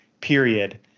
Period